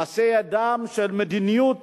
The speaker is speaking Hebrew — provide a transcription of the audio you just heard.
מעשה ידיה של מדיניות